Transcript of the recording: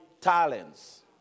talents